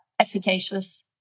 efficacious